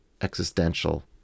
existential